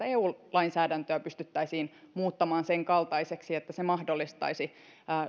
eu lainsäädäntöä pystyttäisiin muuttamaan senkaltaiseksi että se mahdollistaisi